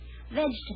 Vegetables